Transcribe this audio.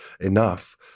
enough